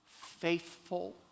faithful